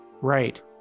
Right